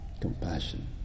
Compassion